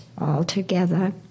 altogether